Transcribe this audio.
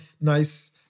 nice